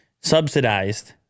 Subsidized